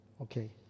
Okay